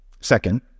Second